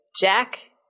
Jack